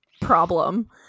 problem